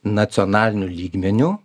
nacionaliniu lygmeniu